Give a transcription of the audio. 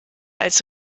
als